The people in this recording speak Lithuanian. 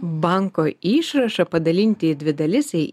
banko išrašą padalinti į dvi dalis į